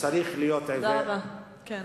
צריך להיות עיוור כדי